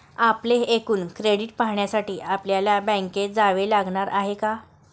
आपले एकूण क्रेडिट पाहण्यासाठी आपल्याला बँकेत जावे लागणार आहे का?